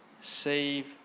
save